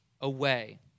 away